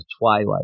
Twilight